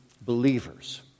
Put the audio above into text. believers